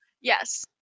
Yes